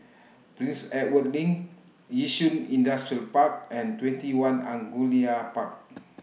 Prince Edward LINK Yishun Industrial Park and TwentyOne Angullia Park